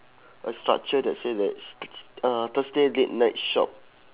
a structure that says let's s~ s~ uh thursday late night shop